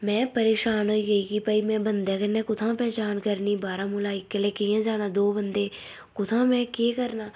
में परेशान होई गेई कि भाई में बंदे कन्नै कुत्थै पैह्चान करनी बारामुला इक्कले कियां जाना दौं बंदे कुत्थैं में केह् करना